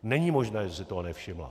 Není možné, že si toho nevšimla.